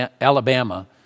Alabama